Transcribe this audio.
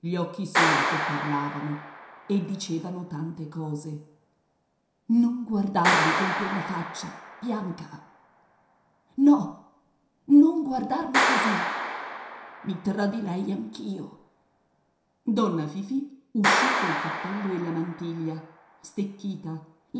gli occhi soli che parlavano e dicevano tante cose non guardarmi con quella faccia bianca no non guardarmi così mi tradirei anch'io donna fifì uscì col cappello e la mantiglia stecchita